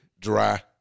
dry